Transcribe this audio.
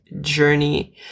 journey